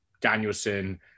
Danielson